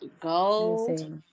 Gold